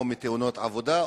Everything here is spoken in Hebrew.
או מתאונות עבודה,